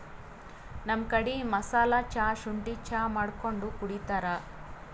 ನಮ್ ಕಡಿ ಮಸಾಲಾ ಚಾ, ಶುಂಠಿ ಚಾ ಮಾಡ್ಕೊಂಡ್ ಕುಡಿತಾರ್